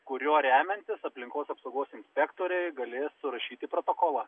kuriuo remiantis aplinkos apsaugos inspektoriai galės surašyti protokolą